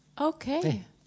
Okay